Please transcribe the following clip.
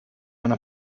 una